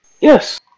Yes